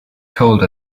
cold